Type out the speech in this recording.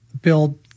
build